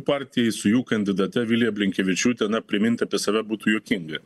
partijai su jų kandidate vilija blinkevičiūte na primint apie save būtų juokinga